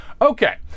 Okay